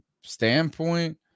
standpoint